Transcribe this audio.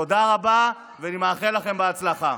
תודה רבה, ואני מאחל לכם הצלחה.